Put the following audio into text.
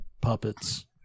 puppets